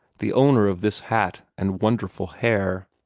the owner of this hat and wonderful hair.